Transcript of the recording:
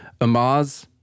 Amaz